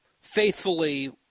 faithfully